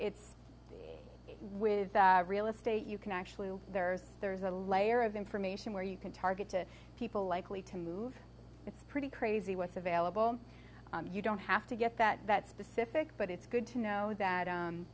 it's with real estate you can actually there's there's a layer of information where you can target to people likely to move it's pretty crazy what's available you don't have to get that specific but it's good to know that